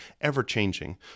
ever-changing